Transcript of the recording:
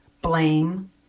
blame